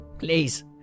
Please